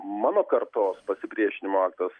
mano kartos pasipriešinimo aktas